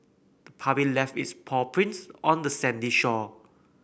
the puppy left its paw prints on the sandy shore